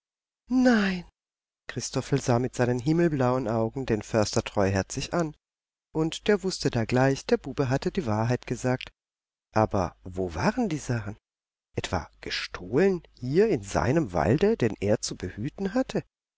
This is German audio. nein christophel sah mit seinen himmelblauen augen den förster treuherzig an und der wußte da gleich der bube hatte die wahrheit gesagt aber wo waren die sachen etwa gestohlen hier in seinem walde den er zu behüten hatte